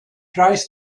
tries